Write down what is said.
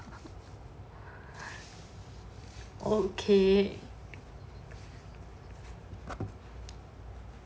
okay